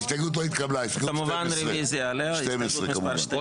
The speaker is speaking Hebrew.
הסתייגות 12. כמובן רביזיה עליה.